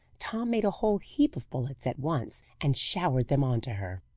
tom made a whole heap of bullets at once, and showered them on to her.